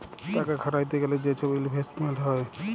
টাকা খাটাইতে গ্যালে যে ছব ইলভেস্টমেল্ট হ্যয়